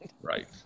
Right